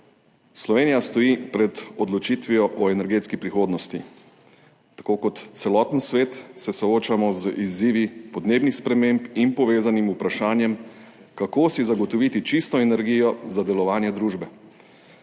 Slovenija stoji pred odločitvijo o energetski prihodnosti. Tako kot celoten svet se soočamo z izzivi podnebnih sprememb in povezanim vprašanjem, kako si zagotoviti čisto energijo za delovanje družbe.